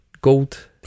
Gold